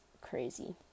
crazy